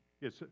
Yes